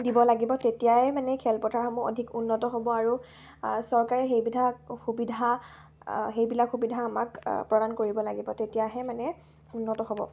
দিব লাগিব তেতিয়াই মানে খেলপথাৰসমূহ অধিক উন্নত হ'ব আৰু চৰকাৰে সেইবিধা সুবিধা সেইবিলাক সুবিধা আমাক প্ৰদান কৰিব লাগিব তেতিয়াহে মানে উন্নত হ'ব